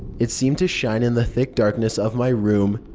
it seemed to shine in the thick darkness of my room,